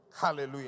Hallelujah